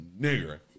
Nigger